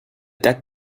date